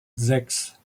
sechs